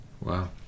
Wow